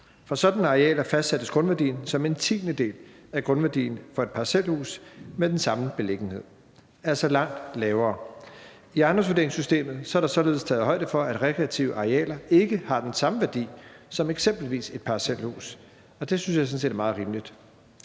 For sådanne arealer fastsættes grundværdien som en tiendedel af grundværdien for et parcelhus med den samme beliggenhed, altså langt lavere. I ejendomsvurderingssystemet er der således taget højde for, at rekreative arealer ikke har den samme værdi som eksempelvis et parcelhus, og det synes jeg sådan set er meget rimeligt.